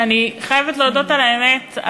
שאני חייבת להודות על האמת,